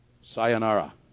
sayonara